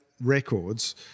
records